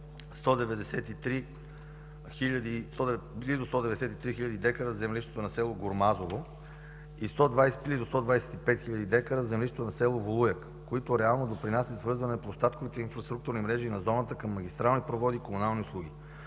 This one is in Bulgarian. близо 193 хиляди декара в землището на село Гурмазово и близо 125 хиляди декара в землището на село Волуяк, които реално допринасят за свързване на площадковите инфраструктурни мрежи на зоната към магистрални проводи и комунални услуги.